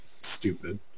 stupid